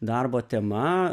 darbo tema